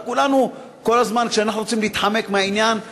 כולנו, כל הזמן, כשאנחנו רוצים להתחמק מהעניין,